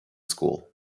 school